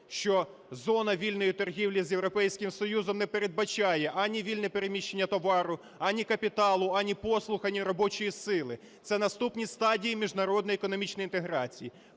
що зона вільної торгівлі з Європейським Союзом не передбачає ані вільне переміщення товару, ані капіталу, ані послуг, ані робочої сили. Це наступні стадії міжнародної економічної інтеграції.